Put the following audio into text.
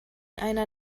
einer